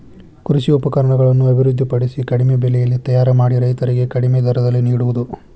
ಕೃಷಿ ಉಪಕರಣಗಳನ್ನು ಅಭಿವೃದ್ಧಿ ಪಡಿಸಿ ಕಡಿಮೆ ಬೆಲೆಯಲ್ಲಿ ತಯಾರ ಮಾಡಿ ರೈತರಿಗೆ ಕಡಿಮೆ ದರದಲ್ಲಿ ನಿಡುವುದು